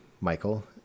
Michael